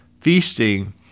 feasting